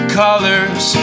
colors